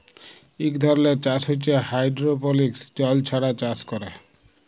ইক ধরলের চাষ হছে হাইডোরোপলিক্স জল ছাড়া চাষ ক্যরে